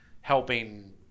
helping